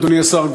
אדוני השר,